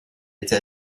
été